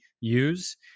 use